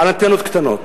על אנטנות קטנות,